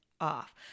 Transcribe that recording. off